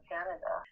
Canada